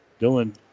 Dylan